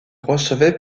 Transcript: recevait